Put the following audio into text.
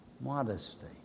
modesty